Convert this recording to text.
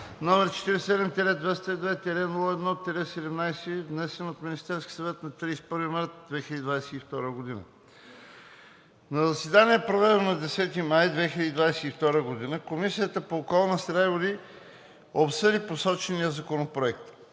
№ 47-202-01-17, внесен от Министерския съвет на 31 март 2022 г. На заседание, проведено на 10 май 2022 г., Комисията по околната среда и водите обсъди посочения законопроект.